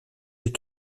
des